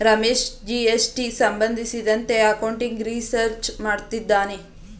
Ramesh GST ಸಂಬಂಧಿಸಿದಂತೆ accounting research ಮಾಡುತ್ತಿದ್ದಾನೆ